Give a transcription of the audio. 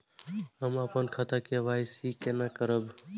हम अपन खाता के के.वाई.सी केना करब?